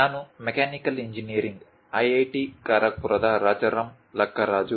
ನಾನು mechanical engineering IIT ಖರಗ್ಪುರದ ರಾಜಾರಾಮ್ ಲಕ್ಕರಾಜು